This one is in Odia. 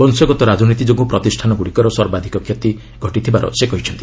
ବଂଶଗତ ରାଜନୀତି ଯୋଗୁଁ ପ୍ରତିଷ୍ଠାନଗୁଡ଼ିକ ସର୍ବାଧିକ କ୍ଷତିଗ୍ରସ୍ତ ହୋଇଥିବାର ସେ କହିଛନ୍ତି